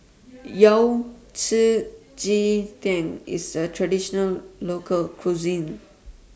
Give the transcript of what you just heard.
Yao Cai Ji Tang IS A Traditional Local Cuisine